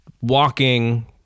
walking